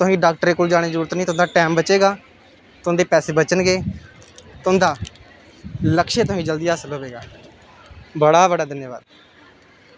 तुसेंगी डाक्टर कोल जाने दी जरूरत नेईं तुं'दा टैम बचे गा तुं'दे पैसे बचन गे तुं'दा लक्ष्य तुसेंगी जल्दी हासल होवे गा बड़ा बड़ा धन्यवाद